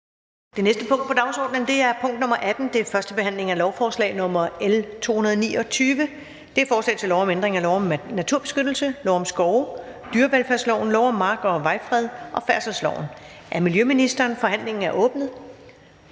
Det næste punkt på dagsordenen er: 18) 1. behandling af lovforslag nr. L 229: Forslag til lov om ændring af lov om naturbeskyttelse, lov om skove, dyrevelfærdsloven, lov om mark- og vejfred og færdselsloven. (Adgang til at etablere